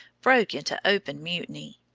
broke into open mutiny.